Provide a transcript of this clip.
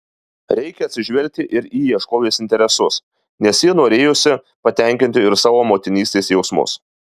reikią atsižvelgti ir į ieškovės interesus nes ji norėjusi patenkinti ir savo motinystės jausmus